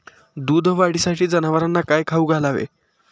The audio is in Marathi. दूध वाढीसाठी जनावरांना काय खाऊ घालावे?